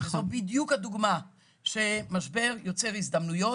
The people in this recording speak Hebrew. וזו בדיוק הדוגמה שמשבר יוצר הזדמנויות,